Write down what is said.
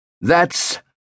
That's